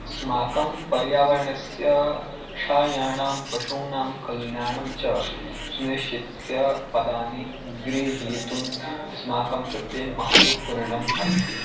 अस्माकं पर्यावरणस्य क्षयाणां पशूनां कल्याणं च सुनिश्चित्य पदानि ग्रहीतुम् अस्माकं कृते महत्त्वपूर्णम् अस्ति